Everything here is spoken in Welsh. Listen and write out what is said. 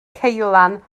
ceulan